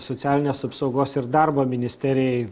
socialinės apsaugos ir darbo ministerijai